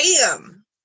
Bam